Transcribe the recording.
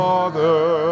Father